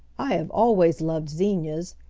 i have always loved zinnias.